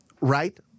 right